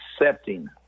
accepting